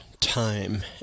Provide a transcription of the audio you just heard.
time